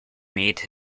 made